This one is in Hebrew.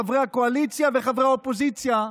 חברי הקואליציה וחברי האופוזיציה,